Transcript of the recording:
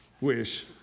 Wish